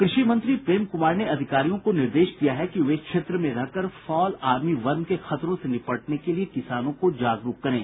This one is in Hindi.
कृषि मंत्री प्रेम कूमार ने अधिकारियों को निर्देश दिया है कि वे क्षेत्र में रहकर फॉल आर्मी वर्म के खतरों से निपटने के लिये किसानों को जागरूक करें